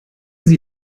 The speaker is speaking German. sie